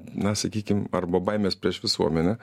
na sakykim arba baimės prieš visuomenę